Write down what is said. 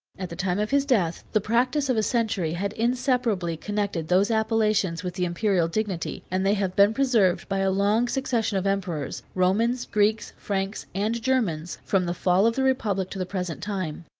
at the time of his death, the practice of a century had inseparably connected those appellations with the imperial dignity, and they have been preserved by a long succession of emperors, romans, greeks, franks, and germans, from the fall of the republic to the present time.